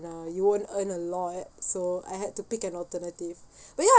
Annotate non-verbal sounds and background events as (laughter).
uh you won't earn a lot so I had to pick an alternative (breath) but ya